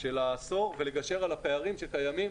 של העשור ולגשר על הפערים שקיימים.